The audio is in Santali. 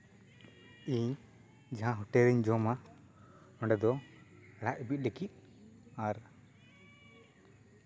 ᱤᱧ ᱡᱟᱦᱟᱸ ᱦᱳᱴᱮᱞ ᱨᱤᱧ ᱡᱚᱢᱟ ᱚᱸᱰᱮ ᱫᱚ ᱞᱟᱡ ᱵᱤ ᱞᱟᱹᱜᱤᱫ ᱟᱨ